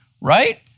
right